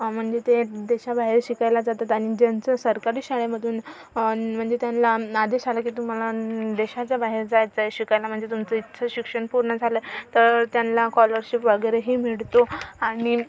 म्हणजे ते देशाबाहेर शिकायला जातात आणि ज्यांचं सरकारी शाळेमधून म्हणजे त्यानला आदेश आला की तुम्हाला देशाच्या बाहेर जायचंय शिकायला म्हणजे तुमचं इथलं शिक्षण पूर्ण झालं तर त्यांनला कॉलरशिप वगैरे ही मिळतो आणि